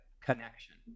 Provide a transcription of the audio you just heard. connection